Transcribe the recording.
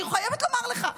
אני חייבת לומר לך,